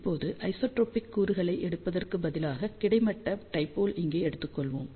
இப்போது ஐசோட்ரோபிக் கூறுகளை எடுப்பதற்கு பதிலாக கிடைமட்ட டைபோலை இங்கே எடுத்துக்கொள்வோம்